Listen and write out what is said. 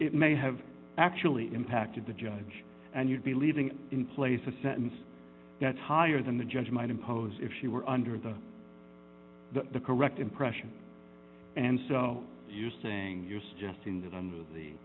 it may have actually impacted the judge and you'd be leaving in place a sentence that's higher than the judge might impose if she were under the the correct impression and so you're saying you're suggesting that under the